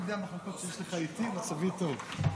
אם אלה המחלוקות שיש לך איתי, מצבי טוב.